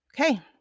Okay